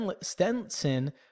Stenson